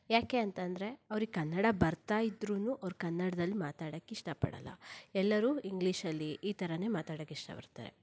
ಯಾಕೆ ಅಂತಂದರೆ ಅವ್ರಿಗೆ ಕನ್ನಡ ಬರ್ತಾ ಇದ್ರೂ ಅವ್ರು ಕನ್ನಡದಲ್ಲಿ ಮಾತಾಡಕ್ಕೆ ಇಷ್ಟಪಡೋಲ್ಲ ಎಲ್ಲರೂ ಇಂಗ್ಲೀಷಲ್ಲಿ ಈ ಥರಾನೇ ಮಾತಾಡಕ್ಕೆ ಇಷ್ಟಪಡ್ತಾರೆ